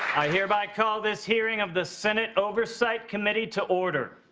i hereby call this hearing of the senate oversight committee to order.